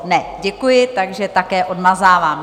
Ne, děkuji, takže také odmazávám.